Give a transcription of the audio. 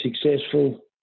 successful